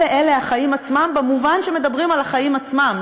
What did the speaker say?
אלה-אלה החיים עצמם במובן שמדברים על החיים עצמם,